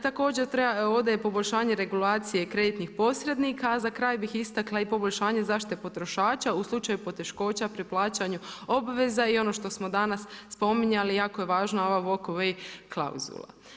Također treba, ovdje je poboljšanje regulacije kreditnih posrednika a za kraj bih istakla i poboljšanje zaštite potrošača u slučaju poteškoća pri plaćanju obveza i ono što smo danas spominjali, jako je važna ova walk away klauzula.